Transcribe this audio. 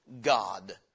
God